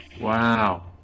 Wow